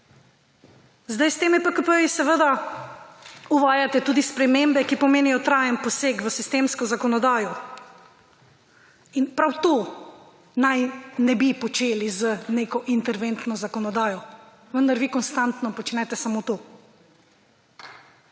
Zdaj, s temi PKP-ji seveda uvajate tudi spremembe, ki pomenijo trajen poseg v sistemsko zakonodajo. In prav to naj nebi počeli z neko interventno zakonodajo, vendar vi konstantno počnete samo to.